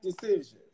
decisions